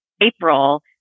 April